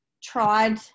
tried